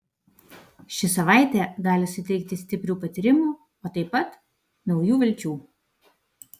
ši savaitė gali suteikti stiprių patyrimų o taip pat naujų vilčių